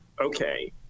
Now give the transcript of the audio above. okay